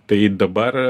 tai dabar